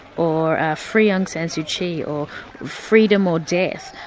or ah free aung san suu kyi, or freedom or death.